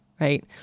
right